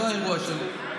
זה לא האירוע שלי.